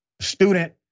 Student